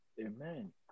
Amen